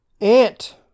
Ant